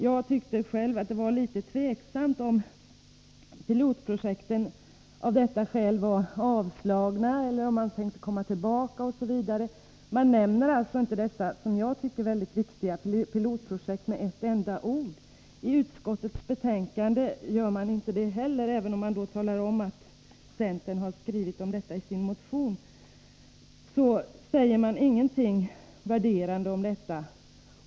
Jag tycker själv att det var litet tveksamt huruvida pilotprojekten av detta skäl var avslutade eller om man tänkte komma tillbaka. Man nämner alltså inte dessa som jag tycker väldigt viktiga pilotprojekt med ett enda ord. Inte heller i utskottets betänkande omnämns de. Även om man talar om att centern har skrivit om dem i sin motion, säger man ingenting värderande om dem.